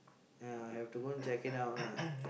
ya have to go and check it out lah